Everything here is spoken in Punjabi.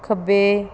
ਖੱਬੇ